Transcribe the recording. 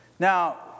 Now